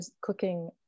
cooking